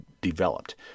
developed